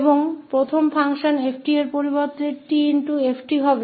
और अब फ़ंक्शन 𝑓𝑡 के बजाय 𝑡𝑓𝑡 है